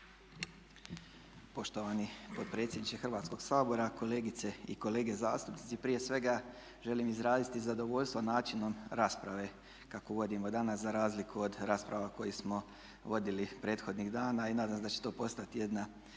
Poštovani potpredsjedniče Hrvatskog sabora, kolegice i kolege zastupnici. Prije svega želim izraziti zadovoljstvo načinom rasprave kakvu vodimo danas za razliku od rasprava koje smo vodili prethodnih dana i nadam se da će to postati jedna